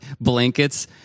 blankets